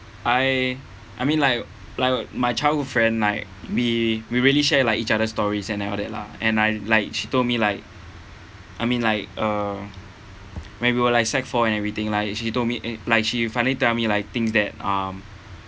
I I mean like like what my childhood friend like we we really share like each other stories and all that lah and I like she told me like I mean like uh when we were like sec four and everything lah she told me eh like she finally tell me like things that um